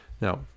Now